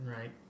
right